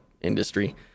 industry